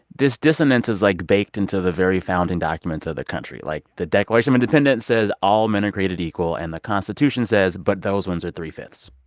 this dissonance is, like, baked into the very founding documents of the country. like, the declaration of independence says all men are created equal, and the constitution says, but those ones are three-fifths.